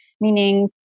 Meaning